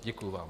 Děkuji vám.